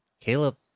caleb